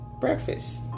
breakfast